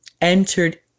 entered